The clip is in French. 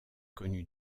connu